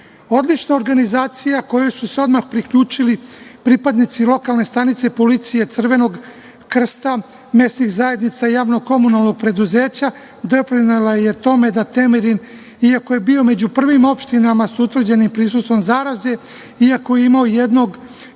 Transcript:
posao. Odlična organizacija kojoj su se odmah priključili pripadnici lokalne stanice policije, Crvenog krsta, mesnih zajednica i JKP, doprinela je tome da Temerin, iako je bio među prvim opštinama sa utvrđenim prisustvom zaraze, iako je imao jednog